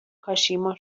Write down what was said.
کاشیما